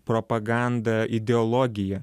propaganda ideologija